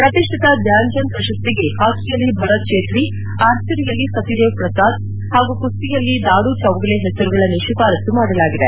ಪ್ರಕಿಷ್ಠಿತ ಧ್ನಾನ್ಜಂದ್ ಪ್ರಶಸ್ತಿಗೆ ಹಾಕಿಯಲ್ಲಿ ಭರತ್ ಚೇಟ್ರಿ ಆರ್ಚರಿಯಲ್ಲಿ ಸತ್ನದೇವ್ ಪ್ರಸಾದ್ ಹಾಗು ಕುಸ್ತಿಯಲ್ಲಿ ದಾಡು ಚೌಗಲೆ ಹೆಸರುಗಳನ್ನು ಶಿಫಾರಸ್ಸು ಮಾಡಲಾಗಿದೆ